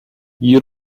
you